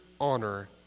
honor